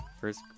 first